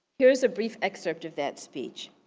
here is a brief excerpt of that speech.